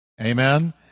Amen